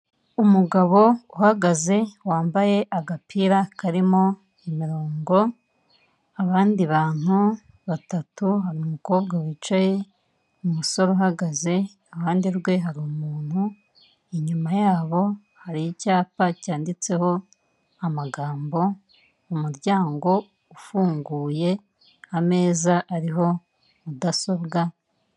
Umugabo uhagaze wambaye agapira karimo imirongo, abandi bantu batatu hari umukobwa wicaye, umusore uhagaze iruhande rwe hari umuntu, inyuma yabo hari icyapa cyanditseho amagambo umuryango ufunguye ameza ariho mudasobwa.